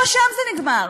לא שם זה נגמר.